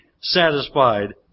satisfied